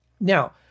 Now